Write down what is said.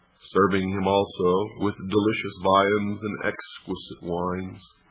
serving him also with delicious viands and exquisite wines,